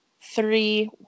three